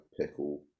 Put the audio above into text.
pickle